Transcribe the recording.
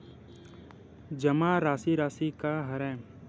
जमा राशि राशि का हरय?